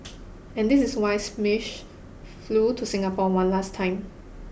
and this is why Schmidt flew to Singapore one last time